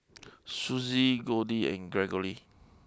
Susie Goldie and Greggory